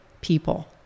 people